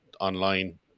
online